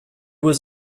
was